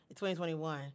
2021